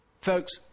Folks